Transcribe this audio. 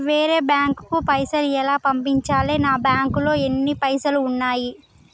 వేరే బ్యాంకుకు పైసలు ఎలా పంపించాలి? నా బ్యాంకులో ఎన్ని పైసలు ఉన్నాయి?